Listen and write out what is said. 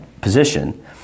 position